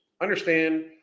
understand